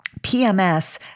PMS